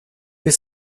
bis